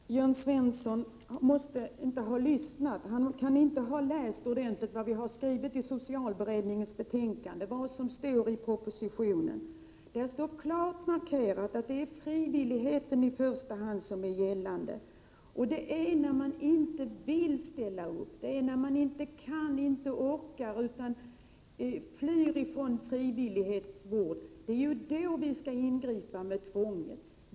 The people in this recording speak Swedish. Herr talman! Jörn Svensson kan inte ha lyssnat eller ha läst ordentligt vad vi har skrivit i socialberedningens betänkande och vad som står i propositionen. Där står klart markerat att det i första hand är frivilligheten som skall gälla. Det är när människor inte vill ställa upp, inte kan eller inte orkar, utan flyr från frivillighetsvård, som vi skall ingripa med tvång.